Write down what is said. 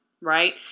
right